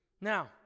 Now